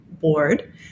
board